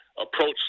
approach